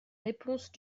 réponses